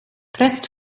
pressed